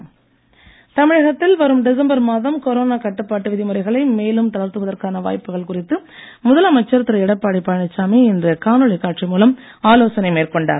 எடப்பாடி தமிழகத்தில் வரும் டிசம்பர் மாதம் கொரோனா கட்டுப்பாட்டு விதிமுறைகளை மேலும் தளர்த்துவதற்கான வாய்ப்புகள் குறித்து முதலமைச்சர் திரு எடப்பாடி பழனிசாமி இன்று காணொளி காட்சி மூலம் ஆலோசனை மேற்கொண்டார்